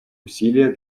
усилия